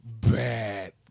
bad